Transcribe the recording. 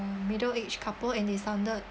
middle aged couple and they sounded